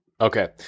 Okay